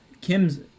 Kim's